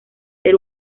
ser